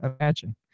imagine